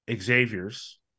Xavier's